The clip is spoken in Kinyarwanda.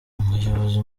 umuyobozi